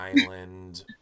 Island